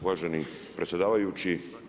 Uvaženi predsjedavajući.